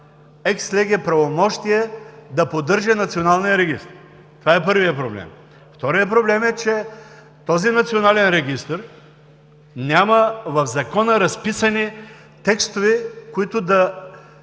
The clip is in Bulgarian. екс леге правомощия да поддържа Националния регистър. Това е първият проблем. Вторият проблем с този Национален регистър е, че няма в Закона разписани текстове, които да